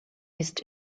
ist